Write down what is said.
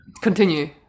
continue